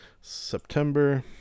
September